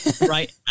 Right